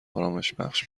آرامشبخش